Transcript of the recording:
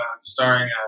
starring